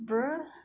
bruh